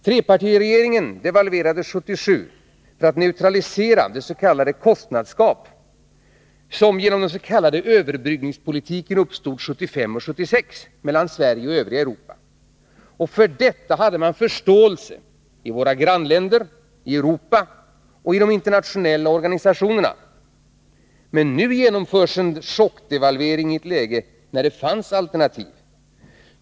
Trepartiregeringen devalverade 1977 för att neutralisera det kostnadsgap som genom den s.k. överbryggningspolitiken uppstod 1975 och 1976 mellan Sverige och övriga Europa. För detta hade man förståelse i våra grannländer, i Europa och i de internationella organisationerna. Men nu genomförs en chockdevalvering i ett läge när det fanns alternativ.